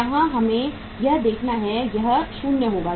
यहाँ हमें यह देखना है यह 0 होगा